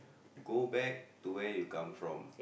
go back to where you come from